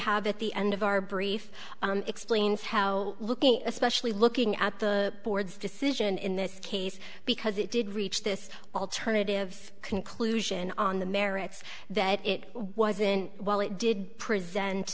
have at the end of our brief explains how looking especially looking at the board's decision in this case because it did reach this alternative conclusion on the merits that it wasn't while it did present